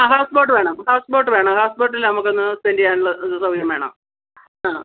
ആ ഹൗസ്ബോട്ട് വേണം ഹൗസ്ബോട്ട് വേണം ഹൗസ്ബോട്ടിൽ നമുക്ക് ഒന്ന് സ്പെൻ്റ് ചെയ്യാനുള്ള സൗകര്യം വേണം ആ